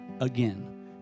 again